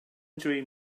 dream